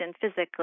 physically